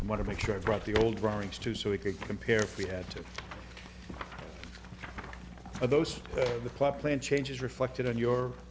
i want to make sure i brought the old drawings to so we could compare we had two of those in the plot plan changes reflected in your